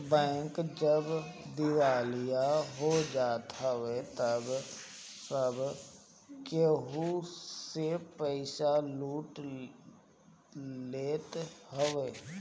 bank जब दिवालिया हो जात हवे तअ सब केहू के पईसा लूट लेत हवे